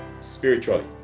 spiritually